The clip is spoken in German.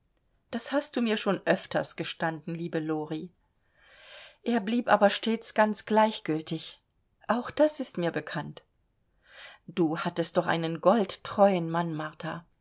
das hast du mir schon öfters gestanden liebe lori er blieb aber stets ganz gleichgültig auch das ist mir bekannt du hattest doch einen goldtreuen mann martha